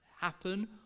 happen